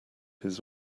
his